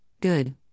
good